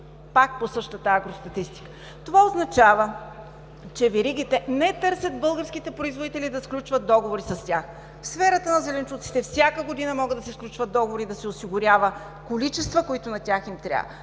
пак по същата агростатистика. Това означава, че веригите не търсят българските производители да сключват договори с тях. В сферата на зеленчуците всяка година могат да се сключват договори и да се осигуряват количествата, които им трябват.